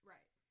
Right